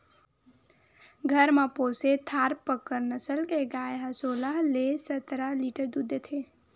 घर म पोसे थारपकर नसल के गाय ह सोलह ले सतरा लीटर दूद देथे